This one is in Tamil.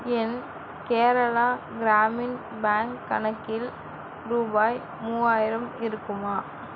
என் கேரளா கிராமின் பேங்க் கணக்கில் ரூபாய் மூவாயிரம் இருக்குமா